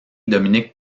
dominique